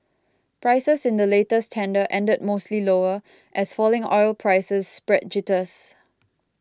prices in the latest tender ended mostly lower as falling oil prices spread jitters